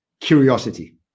curiosity